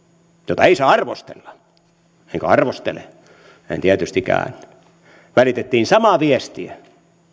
jota ei saa arvostella enkä arvostele en tietystikään välitettiin samaa viestiä